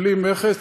בלי מכס,